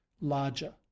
larger